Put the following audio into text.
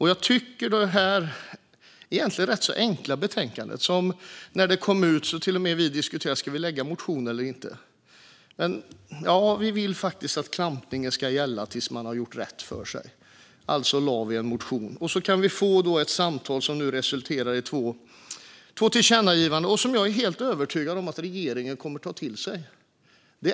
Jag tycker att det här egentligen är ett rätt enkelt betänkande. När det kom ut diskuterade vi till och med om vi skulle väcka en motion eller inte. Men vi vill faktiskt att klampningen ska gälla till dess att man har gjort rätt för sig, och därför väckte vi en motion. Så kunde det bli ett samtal som nu har resulterat i två tillkännagivanden, och jag är helt övertygad om att regeringen kommer att ta till sig dem.